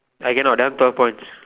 I cannot that one twelve points